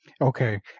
Okay